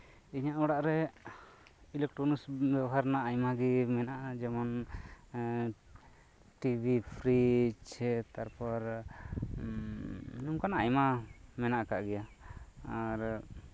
ᱤᱧᱟᱹᱜ ᱚᱲᱟᱜ ᱨᱮ ᱤᱞᱮᱠᱴᱨᱚᱱᱤᱠᱥ ᱡᱤᱱᱤᱥ ᱵᱮᱣᱦᱟᱨ ᱨᱮᱭᱟᱜ ᱟᱭᱢᱟ ᱜᱮ ᱢᱮᱱᱟᱜᱼᱟ ᱡᱮᱢᱚᱱ ᱴᱤᱵᱷᱤ ᱯᱷᱨᱤᱡ ᱛᱟᱨᱯᱚᱨ ᱱᱚᱝᱠᱟᱱᱟᱜ ᱟᱭᱢᱟ ᱢᱮᱱᱟᱜ ᱟᱠᱟᱫ ᱜᱮᱭᱟ ᱟᱨ